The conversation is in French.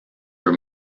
peu